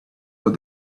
what